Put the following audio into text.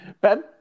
Ben